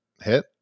hit